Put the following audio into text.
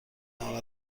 نامه